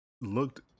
looked